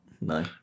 no